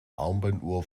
armbanduhr